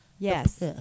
Yes